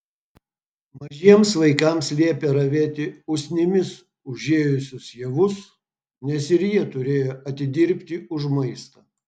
mažiems vaikams liepė ravėti usnimis užėjusius javus nes ir jie turėjo atidirbti už maistą